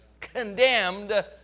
condemned